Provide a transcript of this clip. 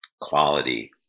quality